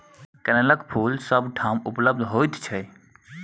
कनेलक फूल सभ ठाम उपलब्ध होइत छै